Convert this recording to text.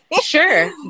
Sure